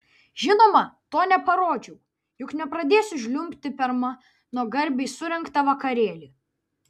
žinoma to neparodžiau juk nepradėsiu žliumbti per mano garbei surengtą vakarėlį